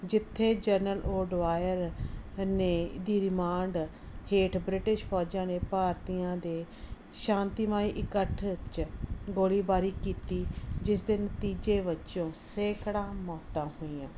ਜਿੱਥੇ general O'Dwyer ਨੇ ਦੀ ਰਿਮਾਂਡ ਹੇਠ ਬ੍ਰਿਟਿਸ਼ ਫੌਜਾਂ ਨੇ ਭਾਰਤੀਆਂ ਦੇ ਸ਼ਾਂਤੀਮਾਈ ਇਕੱਠ ਵਿੱਚ ਗੋਲੀਬਾਰੀ ਕੀਤੀ ਜਿਸ ਦੇ ਨਤੀਜੇ ਵਜੋਂ ਸੈਂਕੜਾ ਮੌਤਾਂ ਹੋਈਆਂ